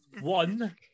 one